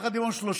ביחד עם עוד שלושה,